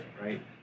right